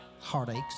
heartaches